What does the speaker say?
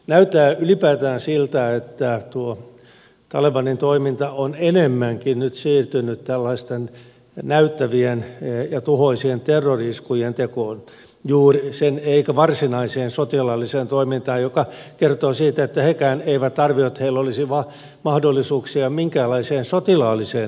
näyttää ylipäätään siltä että tuo talebanin toiminta on enemmänkin nyt siirtynyt tällaisten näyttävien ja tuhoisien terrori iskujen tekoon eikä varsinaiseen sotilaalliseen toimintaan mikä kertoo siitä että hekään eivät arvioi että heillä olisi mahdollisuuksia minkäänlaiseen sotilaalliseen voittoon